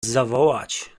zawołać